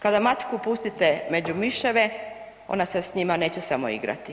Kada mačku pustite među miševe, ona se s njima neće samo igrati.